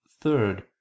Third